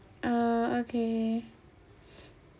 ah okay